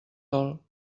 dol